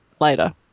later